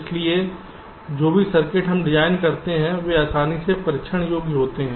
इसलिए जो भी सर्किट हम डिज़ाइन करते हैं वे आसानी से परीक्षण योग्य होते हैं